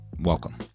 welcome